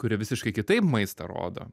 kurie visiškai kitaip maistą rodo